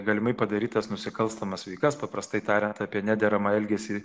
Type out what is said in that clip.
galimai padarytas nusikalstamas veikas paprastai tariant apie nederamą elgesį